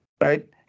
Right